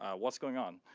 ah what's going on?